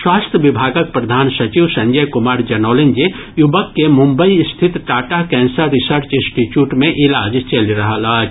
स्वास्थ्य विभागक प्रधान सचिव संजय कुमार जनौलनि जे युवक के मुम्बई स्थित टाटा कैंसर रिसर्च इंस्टीच्यूट मे इलाज चलि रहल छल